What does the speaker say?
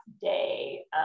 day